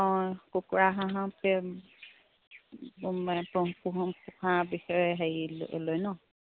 অঁ কুকুৰা হাঁহকে পোহা বিষয়ে হেৰি লৈ নহ্